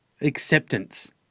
acceptance